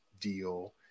deal